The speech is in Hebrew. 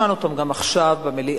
שמענו אותן גם עכשיו במליאה,